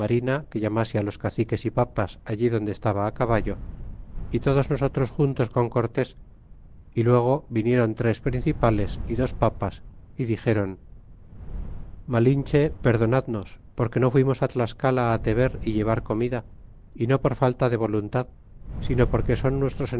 que llamase á los caciques y papas allí donde estaba caballo é todos nosotros juntos con cort é s y luego vinieron tres principales y dos papas y dixeron malinche perdonadnos porque no fuimos tlascala te ver y llevar comida y no por falta de voluntad sino porque son nuestros